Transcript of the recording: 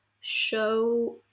show